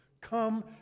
Come